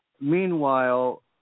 Meanwhile